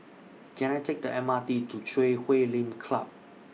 Can I Take The M R T to Chui Huay Lim Club